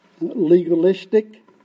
Legalistic